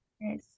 Yes